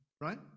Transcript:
right